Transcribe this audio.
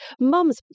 Mum's